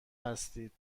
هستید